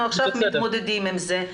אנחנו עכשיו מתמודדים עם זה.